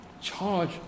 charge